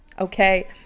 Okay